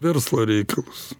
verslo reikalus